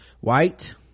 White